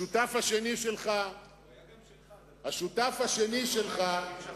השותף השני שלך, הוא היה גם שלך, דרך אגב.